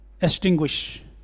extinguish